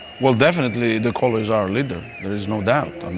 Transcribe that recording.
well definitely de colo is our leader, there is no doubt. um